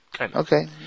Okay